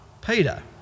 Peter